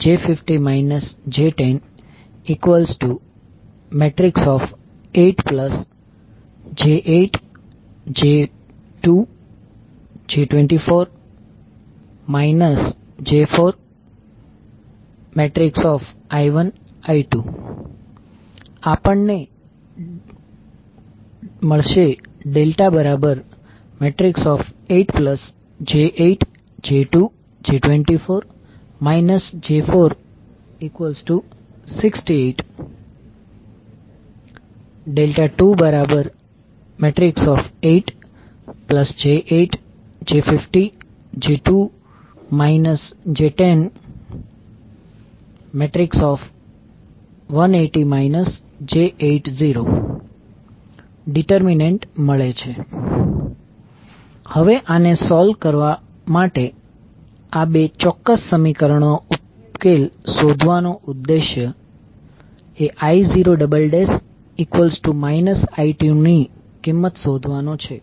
j50 j10 8j8 j2 j2 4 j4 I1 I2 આપણને ∆8j8 j2 j2 4 j4 68 ∆28j8 j50 j2 j10 180 j80 determinant મળે છે હવે આને solve કરવા માટે આ ચોક્કસ સમીકરણનો ઉકેલ શોધવાનો ઉદ્દેશ એ I0 I2 ની કિંમત શોધવાનો છે